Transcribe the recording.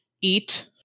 eat